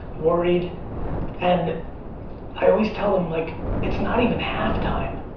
worried and i always tell them, like it's not even half time.